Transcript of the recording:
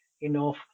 enough